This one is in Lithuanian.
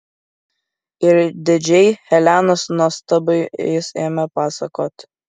ir didžiai helenos nuostabai jis ėmė pasakoti